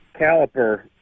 caliper